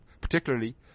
particularly